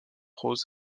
ross